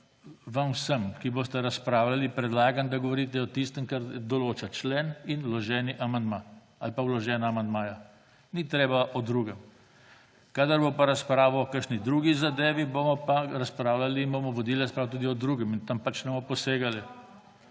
vsem, ki boste razpravljali predlagam, da govorite o tistem, kar določajo člen in vloženi amandma ali pa vložena amandmaja. Ni treba o drugem. Kadar bo razprava o kakšni drugi zadevi, bomo pa razpravljali in bomo vodili razpravo tudi o drugem in tam pač ne bomo posegali.